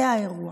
זה האירוע.